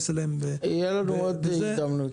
יהיו לנו עוד הרבה הזדמנות.